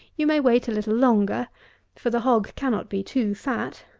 you may wait a little longer for the hog cannot be too fat.